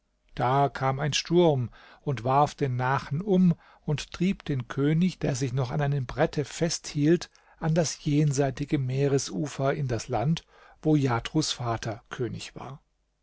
da kam ein sturm und warf den nachen um und trieb den könig der sich noch an einem brette festhielt an das jenseitige meeresufer in das land wo jatrus vater könig war